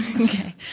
okay